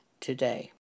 today